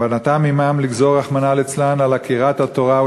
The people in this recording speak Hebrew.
וכוונתם עמם לגזור רחמנא ליצלן על עקירת תורה,